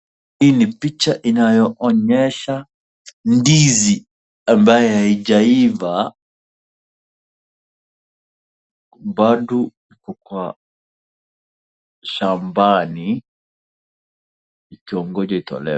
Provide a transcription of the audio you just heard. Hii ni picha inayo onyesha ndizi ambayo haijaiva, bado iko kwa shambani ikiongoja itolewe.